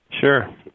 sure